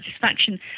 satisfaction